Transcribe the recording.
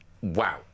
Wow